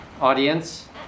audience